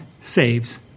saves